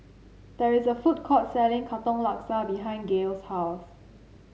there is a food court selling Katong Laksa behind Gail's house